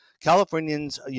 Californians